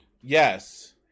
Yes